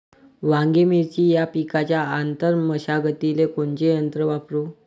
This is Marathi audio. वांगे, मिरची या पिकाच्या आंतर मशागतीले कोनचे यंत्र वापरू?